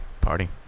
Party